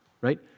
right